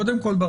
קודם כל,